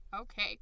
Okay